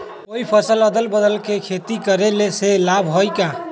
कोई फसल अदल बदल कर के खेती करे से लाभ है का?